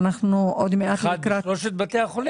אחד בכל שלושת בתי החולים?